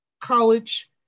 college